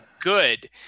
good